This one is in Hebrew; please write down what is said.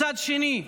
מצד שני,